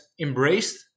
embraced